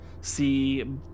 see